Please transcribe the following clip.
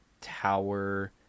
tower